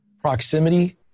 proximity